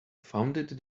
founded